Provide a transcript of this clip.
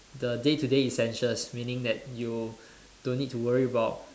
the day to day essentials meaning that you don't need to worry about